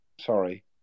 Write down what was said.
sorry